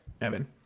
Evan